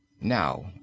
Now